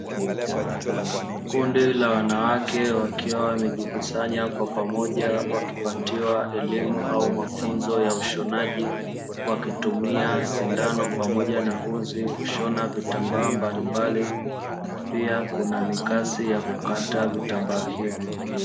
Kundi la wanawake wakiwa wamejikusanya kwa pamoja wakipatiwa elimu au mafunzo ya ushonaji, wakitumia sindano pamoja na uzi kushona vitambaa mbalimbali pia kuna mikasi ya kukata vitambaa hivyo.